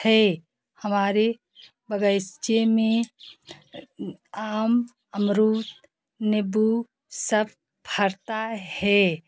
है हमारे बगीचे में आम अमरूद नीबू सब फरता है